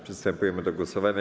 Przystępujemy do głosowania.